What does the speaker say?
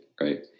right